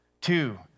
Two